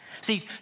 See